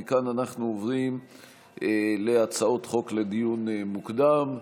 מכאן אנחנו עוברים להצעות חוק לדיון מוקדם.